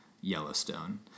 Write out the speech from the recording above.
Yellowstone